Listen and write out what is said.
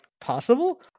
possible